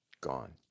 Gone